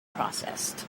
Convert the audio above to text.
processed